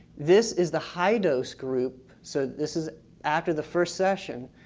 this is the high dose group so this is after the first session.